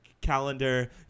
calendar